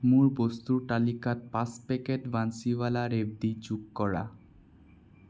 মোৰ বস্তুৰ তালিকাত পাঁচ পেকেট বান্সীৱালা ৰেৱদি যোগ কৰা